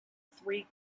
three